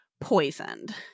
poisoned